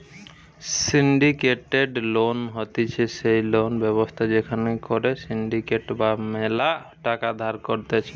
syndicated loan হতিছে সেই loan ব্যবস্থা যেখান করে সিন্ডিকেট রা ম্যালা টাকা ধার দিতেছে